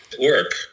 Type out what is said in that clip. work